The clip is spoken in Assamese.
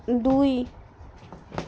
দুই